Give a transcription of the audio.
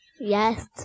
Yes